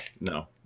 No